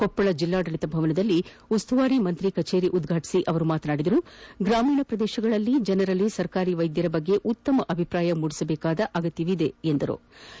ಕೊಪ್ಸಳ ಜಿಲ್ಲಾಡಳಿತ ಭವನದಲ್ಲಿ ಉಸ್ತುವಾರಿ ಸಚಿವರ ಕಛೇರಿ ಉದ್ಘಾಟಿಸಿ ಮಾತನಾಡಿದ ಅವರು ಗ್ರಾಮೀಣ ಭಾಗಗಳ ಜನರಲ್ಲಿ ಸರ್ಕಾರಿ ವೈದ್ಯರ ಬಗ್ಗೆ ಉತ್ತಮ ಅಭಿಪ್ರಾಯ ಮೂದಿಸುವ ಅಗತ್ಯವಿದೆ ಎಂದರು